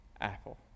apple